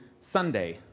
Sunday